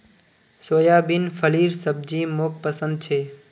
soybean फलीर सब्जी मोक पसंद छे